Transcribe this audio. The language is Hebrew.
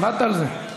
עבדת על זה.